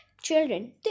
children